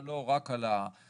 אבל לא רק על הווטסאפ,